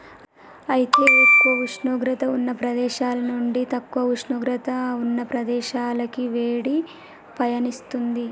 అయితే ఎక్కువ ఉష్ణోగ్రత ఉన్న ప్రదేశాల నుండి తక్కువ ఉష్ణోగ్రత ఉన్న ప్రదేశాలకి వేడి పయనిస్తుంది